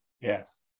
yes